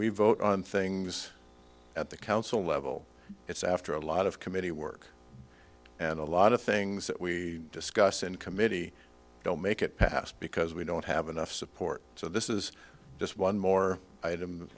we vote on things at the council level it's after a lot of committee work and a lot of things that we discuss in committee don't make it past because we don't have enough support so this is just one more item